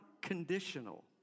conditional